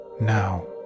Now